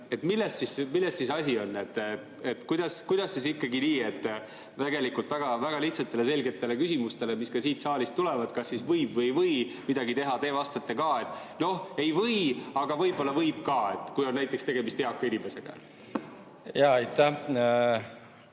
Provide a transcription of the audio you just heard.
Milles siis asi on? Kuidas siis ikkagi nii, et tegelikult väga lihtsatele, selgetele küsimustele, mis ka siit saalist tulevad, kas siis võib või ei või midagi teha, te vastate ka, et noh, ei või, aga võib-olla võib ka, kui on tegemist näiteks eaka inimesega? Aitäh,